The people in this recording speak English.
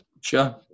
Sure